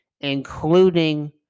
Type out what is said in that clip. including